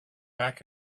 back